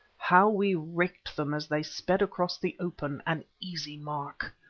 how we raked them as they sped across the open, an easy mark!